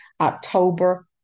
October